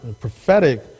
prophetic